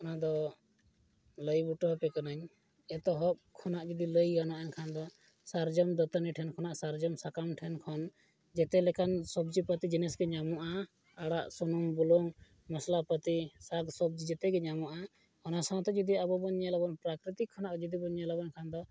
ᱚᱱᱟᱫᱚ ᱞᱟᱹᱭ ᱵᱩᱴᱟᱹᱣᱟᱯᱮ ᱠᱟᱹᱱᱟᱹᱧ ᱮᱛᱚᱦᱚᱵ ᱠᱷᱚᱱᱟᱜ ᱡᱩᱫᱤ ᱞᱟᱹᱭ ᱜᱟᱱᱚᱜᱼᱟ ᱮᱱᱠᱷᱟᱱ ᱫᱚ ᱥᱟᱨᱡᱚᱢ ᱫᱟᱹᱛᱟᱹᱱᱤ ᱴᱷᱮᱱ ᱠᱷᱚᱱᱟᱜ ᱥᱟᱨᱡᱚᱢ ᱥᱟᱠᱟᱢ ᱴᱷᱮᱱ ᱠᱷᱚᱱ ᱡᱮᱛᱮ ᱞᱮᱠᱟᱱ ᱥᱚᱵᱽᱡᱤᱼᱯᱟᱹᱛᱤ ᱡᱤᱱᱤᱥᱠᱚ ᱧᱟᱢᱚᱜᱼᱟ ᱟᱲᱟᱜ ᱥᱩᱱᱩᱢ ᱵᱩᱞᱩᱝ ᱢᱚᱥᱞᱟᱼᱯᱟᱹᱛᱤ ᱥᱟᱠᱼᱥᱚᱵᱽᱡᱤ ᱡᱮᱛᱮᱜᱮ ᱧᱟᱢᱚᱜᱼᱟ ᱚᱱᱟ ᱥᱟᱶᱛᱮ ᱡᱩᱫᱤ ᱟᱵᱚ ᱵᱚᱱ ᱧᱮᱞ ᱟᱵᱚᱱ ᱯᱨᱟᱠᱨᱤᱛᱤᱠ ᱠᱷᱚᱱᱟᱜ ᱡᱩᱫᱤ ᱵᱚᱱ ᱧᱮᱞ ᱟᱵᱚᱱ ᱮᱱᱠᱷᱟᱱ ᱫᱚ